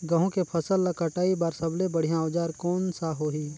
गहूं के फसल ला कटाई बार सबले बढ़िया औजार कोन सा होही?